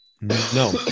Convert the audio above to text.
No